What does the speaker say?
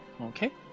Okay